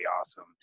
awesome